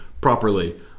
properly